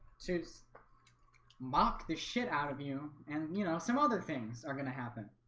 shoots mock the shit out of you, and you know some other things are gonna happen